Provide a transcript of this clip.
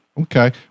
okay